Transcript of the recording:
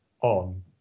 on